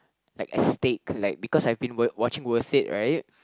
like a steak like because I've been w~ watching Worth It right